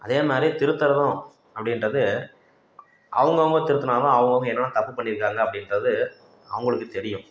அதேமாதிரி திருத்துவதும் அப்படின்றது அவுங்கவங்க திருத்தினா தான் அவுங்கவங்க என்னென்ன தப்பு பண்ணியிருக்காங்க அப்படின்றது அவங்களுக்கு தெரியும்